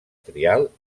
trial